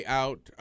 out